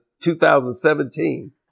2017